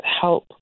help